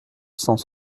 cent